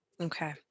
Okay